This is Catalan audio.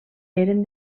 eren